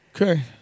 Okay